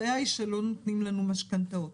הבעיה היא שלא נותנים לנו משכנתאות.